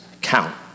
count